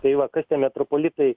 tai va kas tie metropolitai